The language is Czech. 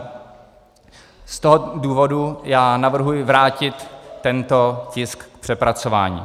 Z tohoto důvodu já navrhuji vrátit tento tisk k přepracování.